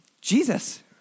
Jesus